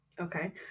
Okay